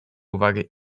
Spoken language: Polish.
uwagę